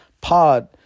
pod